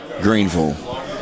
Greenville